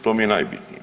To mi je najbitnije.